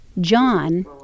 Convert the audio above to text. John